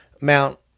Mount